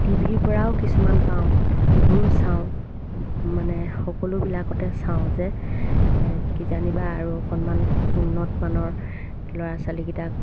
টিভিৰপৰাও কিছুমান পাওঁ সেইবোৰো চাওঁ মানে সকলোবিলাকতে চাওঁ যে কিজানিবা আৰু অকণমান উন্নত মানৰ ল'ৰা ছোৱালীকেইটাক